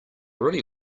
really